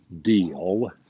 deal